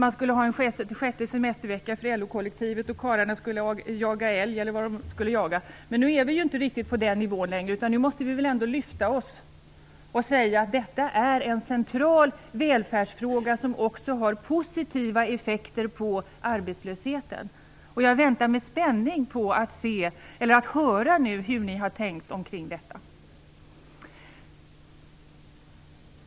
Förut var alternativet en sjätte semestervecka för LO-kollektivet, då karlarna skulle jaga älg m.m., men det är inte riktigt på den nivån längre. Vi måste lyfta oss och säga att detta är en central välfärdsfråga, som också har positiva effekter på arbetslösheten. Jag väntar med spänning på att nu få höra hur ni har tänkt omkring detta.